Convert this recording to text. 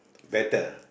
better